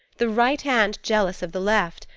the right hand jealous of the left!